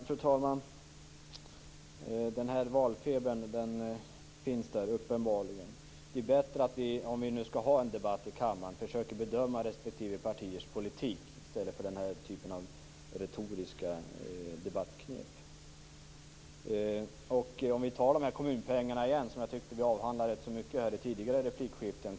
Fru talman! Valfebern finns uppenbarligen där. Det är bättre om vi skall ha en debatt i kammaren att vi försöker bedöma respektive partiers politik i stället för att använda den här typen av retoriska debattknep. Låt oss ta kommunpengarna igen, som jag tyckte att vi avhandlade rätt mycket i tidigare replikskiften.